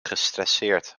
gestresseerd